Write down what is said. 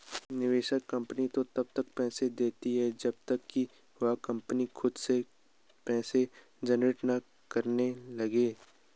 निवेशक कंपनी को तब तक पैसा देता है जब तक कि वह कंपनी खुद से पैसा जनरेट ना करने लगे